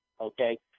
Okay